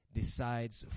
decides